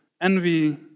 envy